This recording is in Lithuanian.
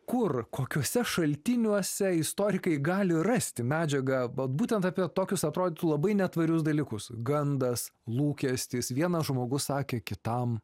kur kokiuose šaltiniuose istorikai gali rasti medžiagą ba būtent apie tokius atrodytų labai netvarius dalykus gandas lūkestis vienas žmogus sakė kitam